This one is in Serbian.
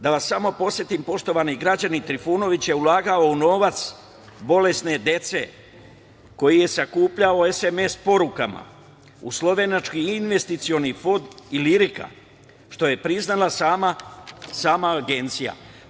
Da vas samo podsetim, poštovani građani, Trifunović je ulagao novac bolesne dece, koji je sakupljao SMS porukama, u slovenački investicioni fond „Ilirika“, što je priznala sama agencija.